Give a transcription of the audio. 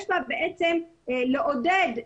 תוכל לעודד.